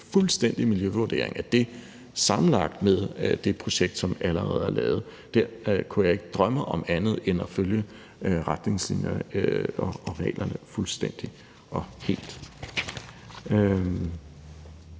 fuldstændig miljøvurdering af det sammenlagt med det projekt, som allerede er lavet. Der kunne jeg ikke drømme om andet end at følge retningslinjerne og reglerne fuldstændig og helt.